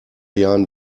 jahren